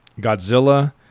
Godzilla